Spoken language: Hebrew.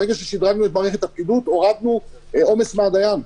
ברגע ששדרגנו את מערכת הפקידות הורדנו עומס מהדיין.